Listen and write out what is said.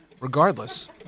regardless